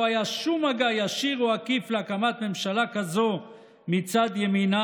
לא היה שום מגע ישיר או עקיף להקמת ממשלה כזאת מצד ימינה,